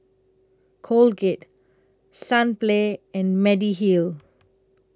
Colgate Sunplay and Mediheal